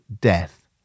death